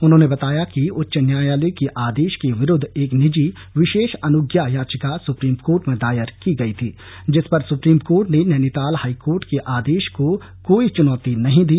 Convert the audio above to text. उन्होंने बताया कि उच्च न्यायालय के आदेश के विरुद्ध एक निजी विशेष अनुज्ञा याचिका सुप्रीम कोर्ट में दायर की गई थी जिस पर सुप्रीम कोर्ट ने नैनीताल हाईकोर्ट के आदेश को कोई चुनौती नही दी